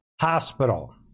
Hospital